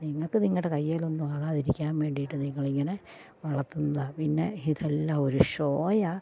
നിങ്ങൾക്ക് നിങ്ങളുടെ കയ്യിലൊന്നും ആകാതിരിക്കാൻ വേണ്ടിയിട്ട് നിങ്ങൾ ഇങ്ങനെ വളത്തുന്നതാ പിന്നെ ഇതെല്ലാം ഒരു ഷോയാ